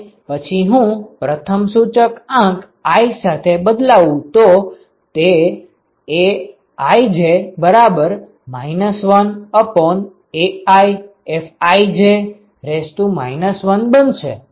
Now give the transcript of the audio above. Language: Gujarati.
અને પછી હું પ્રથમ સૂચક આંક i સાથે બદલાવું તો તે aij 1AiFij 1 બનશે